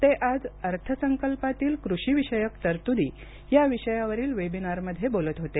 ते आज अर्थसंकल्पातील कृषीविषयक तरतूदी या विषयावरील वेबिनारमध्ये बोलत होते